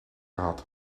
had